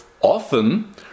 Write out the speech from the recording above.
often